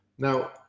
Now